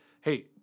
hey